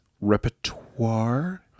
repertoire